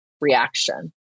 reaction